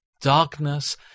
Darkness